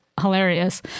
hilarious